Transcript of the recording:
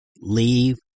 leave